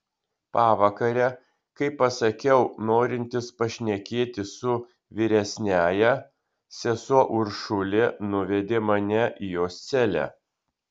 pavakare kai pasakiau norintis pašnekėti su vyresniąja sesuo uršulė nuvedė mane į jos celę